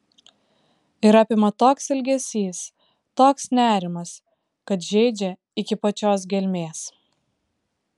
ir apima toks ilgesys toks nerimas kad žeidžia iki pačios gelmės